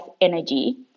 energy